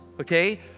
Okay